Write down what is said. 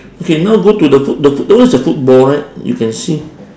okay now go to the foot the foot that one is a football right you can see